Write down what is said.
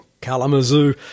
Kalamazoo